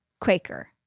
Quaker